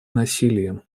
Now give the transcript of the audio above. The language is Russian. насилием